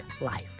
life